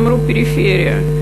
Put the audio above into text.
אמרו: פריפריה.